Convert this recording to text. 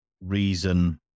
reason